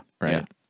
Right